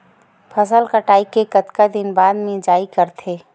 फसल कटाई के कतका दिन बाद मिजाई करथे?